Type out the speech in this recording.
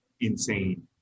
insane